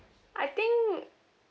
I think